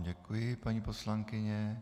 Děkuji vám, paní poslankyně.